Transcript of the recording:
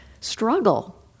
struggle